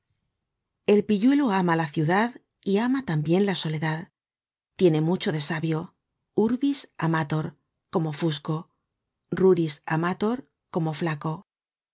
el pilludo ama la ciudad y ama tambien la soledad tiene mucho de sabio urbis amator como fusco ruris amator como flaco